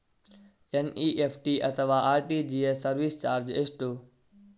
NEFT ಅಥವಾ RTGS service charge ಎಷ್ಟು?